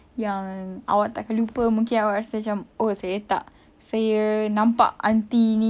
yang awak tak akan lupa mungkin awak rasa macam oh saya tak saya nampak auntie ni